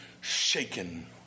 shaken